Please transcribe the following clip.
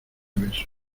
beso